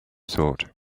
thought